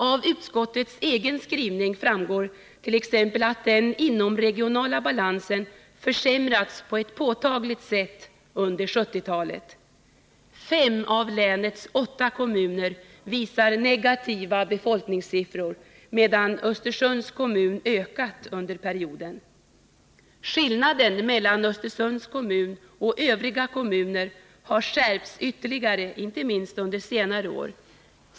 Av utskottets egen skrivning framgår t.ex. att den inomregionala balansen försämrats på ett påtagligt sätt under 1970-talet. Fem av länets åtta kommuner visar negativa befolkningssiffror, medan Östersunds kommun ökat under perioden. Skillnaden mellan Östersunds kommun och övriga kommuner har skärpts ytterligare inte minst under senare år.